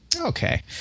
Okay